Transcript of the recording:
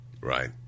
Right